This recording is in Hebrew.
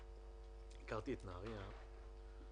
10:57.